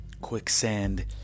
quicksand